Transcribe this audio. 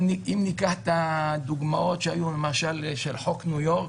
אם ניקח את הדוגמה למשל של חוק ניו-יורק,